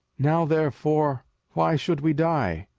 now therefore why should we die?